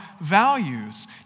values